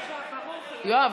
יואב,